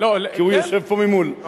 כי הוא יושב פה ממול.